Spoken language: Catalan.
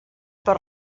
per